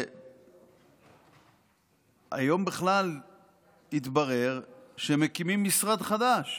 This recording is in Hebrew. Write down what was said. היום בכלל התברר שמקימים משרד חדש,